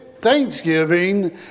thanksgiving